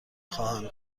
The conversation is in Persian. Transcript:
خواهم